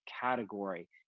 category